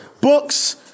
books